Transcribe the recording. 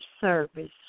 service